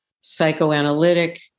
psychoanalytic